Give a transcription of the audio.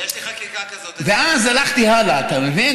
יש לי חקיקה כזאת, ואז הלכתי הלאה, אתה מבין?